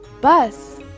Bus